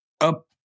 up